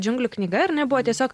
džiunglių knyga ar ne buvo tiesiog